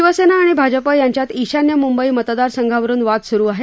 शिवसेना आणि भाजप यांच्यात ईशान्य म्ंबई मतदारसंघावरून वाद स्रू आहे